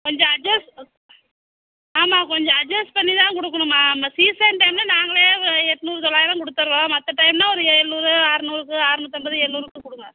கொஞ்சம் அட்ஜஸ்ட் ஆமாம் கொஞ்சம் அட்ஜஸ்ட் பண்ணி தான் கொடுக்கணுமா நம்ம சீசன் டைமில் நாங்களே எட்நூற்றி தொள்ளாயிரம் கொடுத்துட்றோம் மற்ற டைம்னா ஒரு ஏழ்நூறு அறநூறுக்கு அறநூற்றம்பது எழுநூறுக்கு கொடுங்க